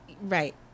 Right